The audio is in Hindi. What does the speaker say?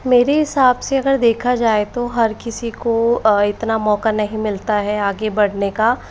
मेरे हिसाब से अगर देखा जाए तो हर किसी को इतना मौका नहीं मिलता है आगे बढ़ने का